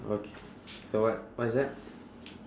okay so what what is that